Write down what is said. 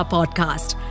Podcast